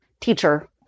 teacher